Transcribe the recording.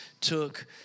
took